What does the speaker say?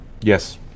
Yes